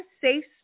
safe